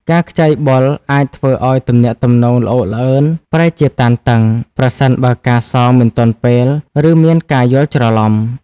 ការខ្ចីបុលអាចធ្វើឲ្យទំនាក់ទំនងល្អូកល្អឺនប្រែជាតានតឹង ប្រសិនបើការសងមិនទាន់ពេល ឬមានការយល់ច្រឡំ។